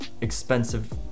expensive